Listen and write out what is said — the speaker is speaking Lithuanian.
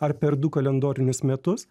ar per du kalendorinius metus